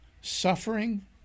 Suffering